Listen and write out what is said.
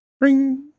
Ring